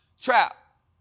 Trap